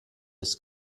ist